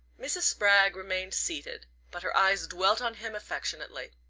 mrs. spragg remained seated, but her eyes dwelt on him affectionately.